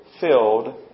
filled